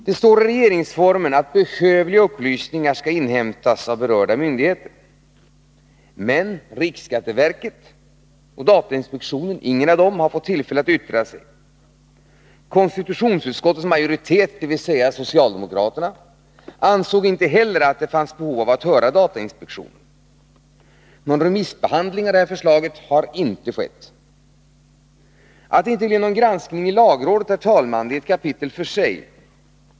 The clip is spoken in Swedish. Det står i regeringsformen att behövliga upplysningar skall inhämtas av berörda myndigheter, men varken riksskatteverket eller datainspektionen har fått tillfälle att yttra sig. Konstitutionsutskottets majoritet, dvs. socialdemokraterna, ansåg inte heller att det fanns behov av att höra datainspektionen. Någon remissbehandling av förslaget har inte skett. Att det inte blev någon granskning i lagrådet, herr talman, är ett kapitel för sig.